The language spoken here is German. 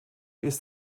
ist